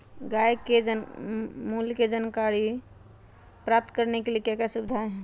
मूल्य के जानकारी प्राप्त करने के लिए क्या क्या सुविधाएं है?